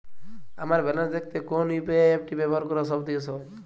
আমার ব্যালান্স দেখতে কোন ইউ.পি.আই অ্যাপটি ব্যবহার করা সব থেকে সহজ?